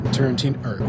Tarantino